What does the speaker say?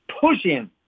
pushing